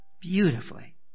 beautifully